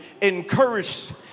encouraged